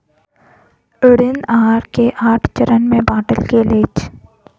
ऋण आहार के आठ चरण में बाटल गेल अछि